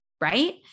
right